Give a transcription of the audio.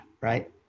right